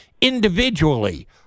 individually